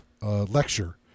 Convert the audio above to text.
lecture